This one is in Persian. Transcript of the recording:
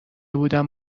بودم